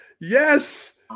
Yes